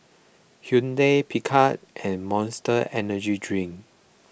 Hyundai Picard and Monster Energy Drink